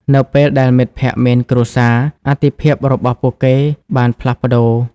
នៅពេលដែលមិត្តភក្តិមានគ្រួសារ អាទិភាពរបស់ពួកគេបានផ្លាស់ប្តូរ។